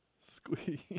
Squeeze